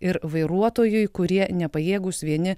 ir vairuotojui kurie nepajėgūs vieni